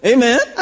Amen